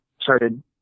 started